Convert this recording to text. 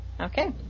Okay